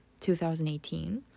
2018